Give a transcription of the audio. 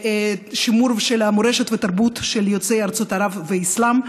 לשימור של המורשת והתרבות של יוצאי ארצות ערב והאסלאם,